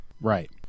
Right